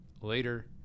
later